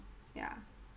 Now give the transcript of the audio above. ya